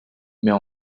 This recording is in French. mais